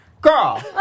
Girl